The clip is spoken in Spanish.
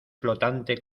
flotante